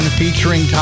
featuring